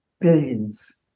billions